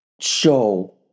show